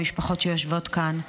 המשפחות שיושבות כאן,